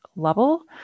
level